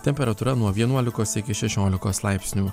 temperatūra nuo vienuolikos iki šešiolikos laipsnių